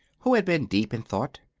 who had been deep in thought.